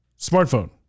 smartphone